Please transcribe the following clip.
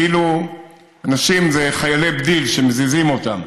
כאילו אנשים זה חיילי בדיל שמזיזים אותם.